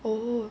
oh